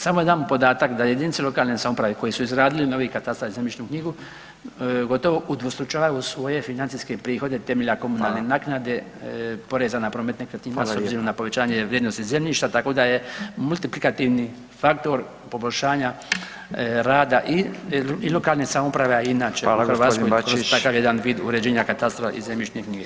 Samo jedan podatak da jedinice lokalne samouprave koje su izradile novi katastar i zemljišnu knjigu gotovo udvostručavaju svoje financijske prihode temeljem akumulirane naknade, poreza na promet nekretnina s obzirom na [[Upadica: Hvala lijepa.]] povećanje vrijednosti zemljišta tako da je multiplikativni faktor poboljšanja rada i lokalne samouprave, a i inače [[Upadica: Hvala gospodin Bačić]] u Hrvatskoj kroz takav jedan vid uređenja katastra i zemljišne knjige.